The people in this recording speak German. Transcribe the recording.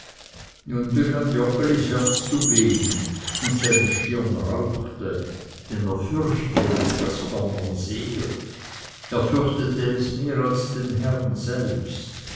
joggelis herz zu beben und seine stirne rauchte denn er fürchtete das donnern sehr er fürchtete es mehr als den herrn selbst